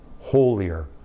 holier